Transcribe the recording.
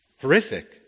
horrific